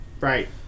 Right